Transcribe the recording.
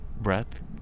breath